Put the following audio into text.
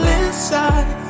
inside